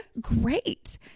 great